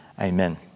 amen